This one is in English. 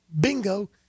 Bingo